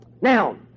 Now